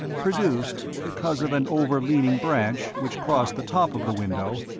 produced, because of an over-leaning branch which crossed the top of the window,